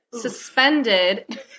suspended